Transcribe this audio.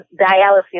dialysis